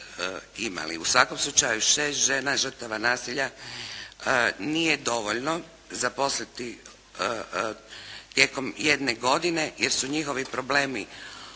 U svakom slučaju 6 žena žrtava nasilja nije dovoljno zaposliti tijekom jedne godine, jer su njihovi problemi